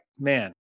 man